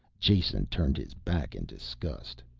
jason turned his back in disgust.